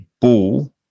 ball